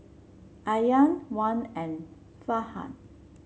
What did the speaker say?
Aryan Wan and Farhan